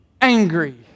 angry